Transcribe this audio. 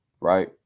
Right